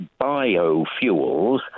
biofuels